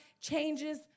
changes